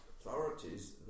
authorities